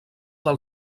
del